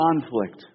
conflict